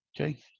Okay